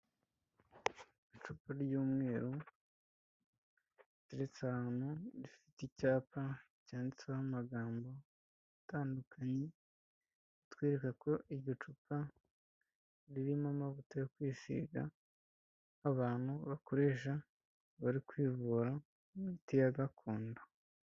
Icupa ry'umweru riteretse ahantu rifite icyapa cyanditseho amagambo atandukanye, atwereka ko iryo cupa ririmo amavuta yo kwisiga abantu bakoresha bari kwivura imiti ya gakondo.